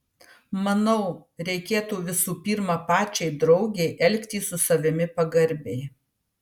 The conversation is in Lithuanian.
manau reikėtų visų pirma pačiai draugei elgtis su savimi pagarbiai